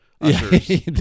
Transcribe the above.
ushers